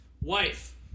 Wife